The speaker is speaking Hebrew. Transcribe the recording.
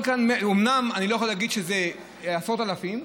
אומנם אני לא יכול להגיד שזה עשרות אלפים,